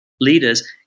leaders